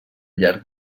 llarg